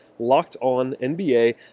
LOCKEDONNBA